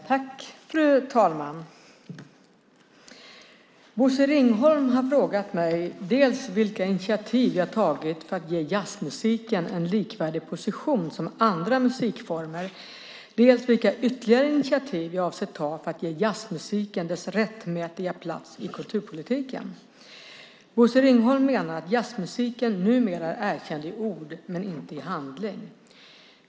Fru talman! Bosse Ringholm har frågat mig dels vilka initiativ jag har tagit för att ge jazzmusiken en likvärdig position med andra musikformer, dels vilka ytterligare initiativ jag avser att ta för att ge jazzmusiken dess rättmätiga plats i kulturpolitiken. Bosse Ringholm menar att jazzmusiken numera är erkänd i ord men inte i handling.